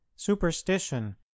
superstition